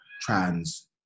trans